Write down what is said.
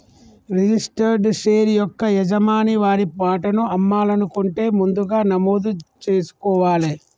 registered share యొక్క యజమాని వారి వాటాను అమ్మాలనుకుంటే ముందుగా నమోదు జేసుకోవాలే